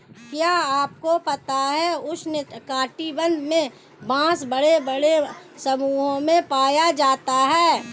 क्या आपको पता है उष्ण कटिबंध में बाँस बड़े बड़े समूहों में पाया जाता है?